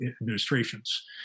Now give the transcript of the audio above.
administrations